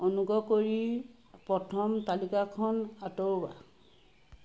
অনুগ্ৰহ কৰি প্ৰথম তালিকাখন আঁতৰোৱা